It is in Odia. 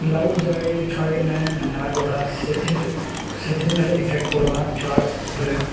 ଲାଉଡ଼୍ ଜାଗାଏ ଛୁଆକେ ନାଇଁ ନେବାର୍ କଥା ସେଥିରେ ସେଥିରେ ନେଲେ ଇଫେକ୍ଟ ପଡ଼୍ବା ଛୁଆ ଉପରେ